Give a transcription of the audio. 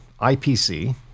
IPC